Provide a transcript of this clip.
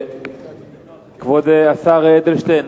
כבוד השר אדלשטיין.